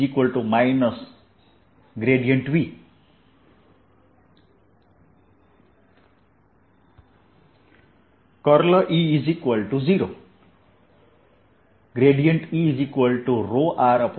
E V E0